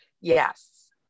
Yes